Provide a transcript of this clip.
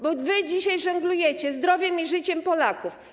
Bo wy dzisiaj żonglujecie zdrowiem i życiem Polaków.